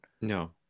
No